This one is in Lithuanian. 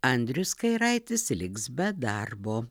andrius kairaitis liks be darbo